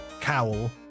cowl